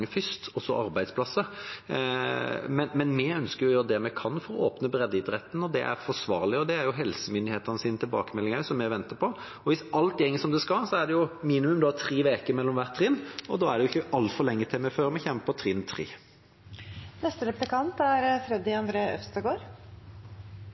først og så arbeidsplasser. Vi ønsker å gjøre det vi kan for å åpne breddeidretten når det er forsvarlig, og der er det også helsemyndighetenes tilbakemelding som vi venter på. Hvis alt går som det skal, er det minimum tre uker mellom hvert trinn, og da er det ikke altfor lenge til vi kommer til trinn 3. Jeg ser at statsråden i brevet til komiteen om denne saken sier at selv om det er